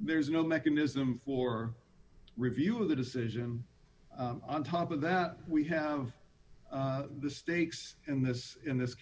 there's no mechanism for review of the decision on top of that we have the stakes in this in this